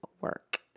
work